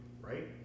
right